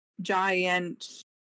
giant